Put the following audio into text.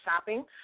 shopping